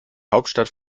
hauptstadt